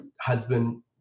husband